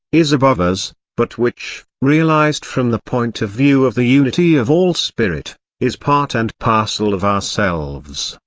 is above us but which, realised from the point of view of the unity of all spirit, is part and parcel of ourselves,